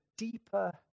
deeper